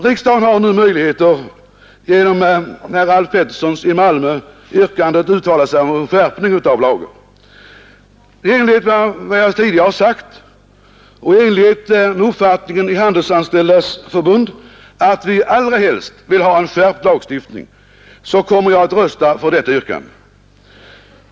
Riksdagen har nu genom det yrkande som ställts av herr Alf Pettersson i Malmö möjlighet att uttala sig för en skärpning av lagen. I enlighet med vad jag tidigare har sagt och i enlighet med uppfattningen i Handelsanställdas förbund — vi vill allra helst ha en skärpt lagstiftning — kommer jag att rösta för detta yrkande.